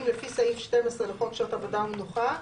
לפי סעיף 12 לחוק שעות העבודה ומנוחה,